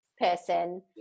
person